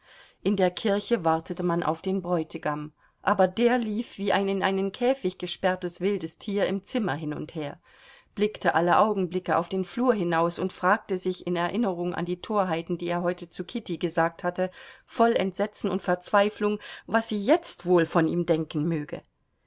in der kirche wartete man auf den bräutigam aber der lief wie ein in einen käfig eingesperrtes wildes tier im zimmer hin und her blickte alle augenblicke auf den flur hinaus und fragte sich in erinnerung an die torheiten die er heute zu kitty gesagt hatte voll entsetzen und verzweiflung was sie jetzt wohl von ihm denken möge